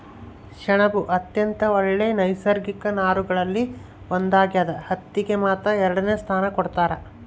ಸೆಣಬು ಅತ್ಯಂತ ಒಳ್ಳೆ ನೈಸರ್ಗಿಕ ನಾರುಗಳಲ್ಲಿ ಒಂದಾಗ್ಯದ ಹತ್ತಿಗೆ ಮಾತ್ರ ಎರಡನೆ ಸ್ಥಾನ ಕೊಡ್ತಾರ